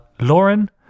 Lauren